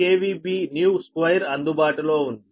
KVBnew 2అందుబాటులో ఉంది